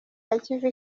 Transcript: akiva